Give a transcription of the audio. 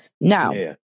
Now